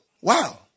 Wow